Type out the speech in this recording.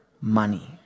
money